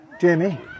Jamie